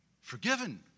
forgiven